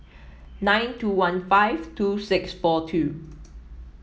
nine two one five two six four two